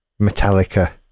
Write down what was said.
Metallica